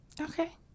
okay